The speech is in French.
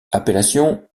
appellation